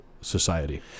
society